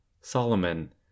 Solomon